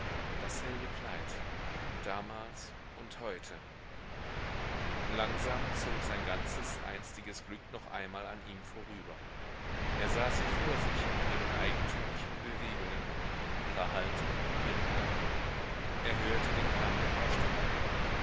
dasselbe kleid damals und heute langsam zog sein ganzes einstiges glück noch einmal an ihm vorüber er sah sie vor sich in ihren eigentümlichen bewegungen ihrer haltung ihrem gang er hörte den klang ihrer stimme